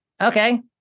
Okay